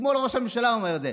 ואתמול ראש הממשלה אומר את זה.